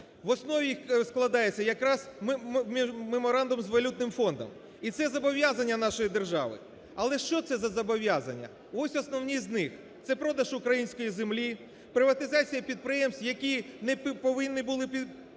в основі їх складається якраз меморандум з валютним фондом, і це зобов'язання нашої держави. Але що це за зобов'язання? Ось основні з них: це продаж української землі, приватизація підприємств, які не повинні були підлягати